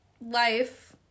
life